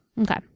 Okay